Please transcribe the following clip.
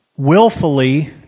Willfully